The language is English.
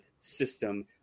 system